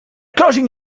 closing